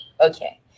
okay